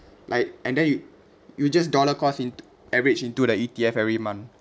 like and then you you just dollar cost into average into the E_T_F every month